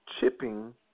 chipping